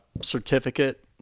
certificate